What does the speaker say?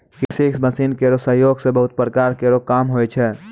कृषि मसीन केरो सहयोग सें बहुत प्रकार केरो काम होय छै